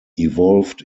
evolved